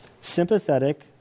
sympathetic